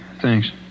thanks